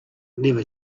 never